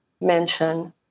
mention